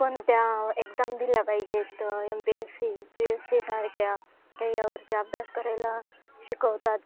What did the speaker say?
कोणत्या एक्झाम दिल्या पाहिजेत M P S C U P S सीसारख्या का या यावरती अभ्यास करायला शिकवतात